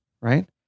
right